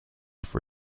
for